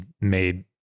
made